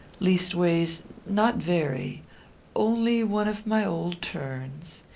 leastways not very only one of my old turns.